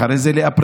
אחרי זה לאפריל.